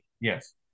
Yes